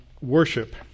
worship